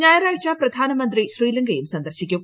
ഞായറാഴ്ച പ്രധാനമന്ത്രി ശ്രീലങ്കയും സന്ദർശിക്കും